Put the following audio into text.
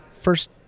first